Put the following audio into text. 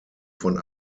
von